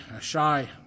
shy